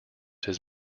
his